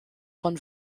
von